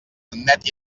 net